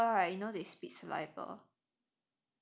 then some people right you know they spit saliva